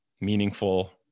Meaningful